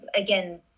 again